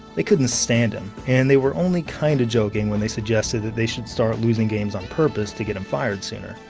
they couldn't stand him and they were only kinda kind of joking when they suggested that they should start losing games on purpose to get him fired sooner.